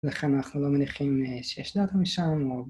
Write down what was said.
ולכן אנחנו לא מניחים שיש דעתם משם